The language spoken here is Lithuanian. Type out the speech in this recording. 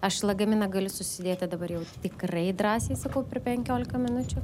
aš lagaminą galiu susidėti dabar jau tikrai drąsiai sakau per penkiolika minučių